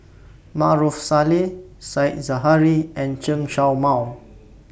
Maarof Salleh Said Zahari and Chen Show Mao